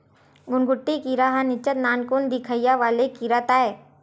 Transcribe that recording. घुनघुटी कीरा ह निच्चट नानकुन दिखइया वाले कीरा ताय